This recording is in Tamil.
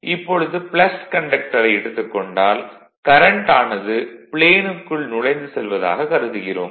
இப்பொழுது கண்டக்டரை எடுத்துக் கொண்டால் கரண்ட் ஆனது ப்ளேனுக்குள் நுழைந்து செல்வதாக கருதுகிறோம்